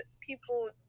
people